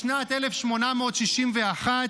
בשנת 1861,